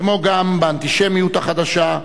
כמו גם באנטישמיות החדשה,